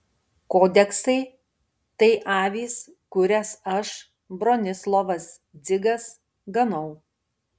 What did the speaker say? kodeksai tai avys kurias aš bronislovas dzigas ganau